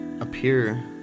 appear